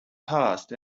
past